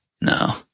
No